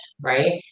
right